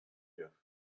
you